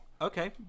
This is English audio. Okay